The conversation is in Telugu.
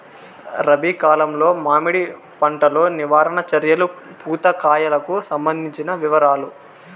రబి కాలంలో మామిడి పంట లో నివారణ చర్యలు పూత కాయలకు సంబంధించిన వివరాలు?